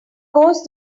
course